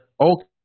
okay